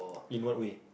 in what way